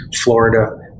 Florida